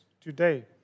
today